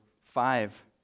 five